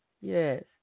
yes